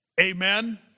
Amen